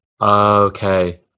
okay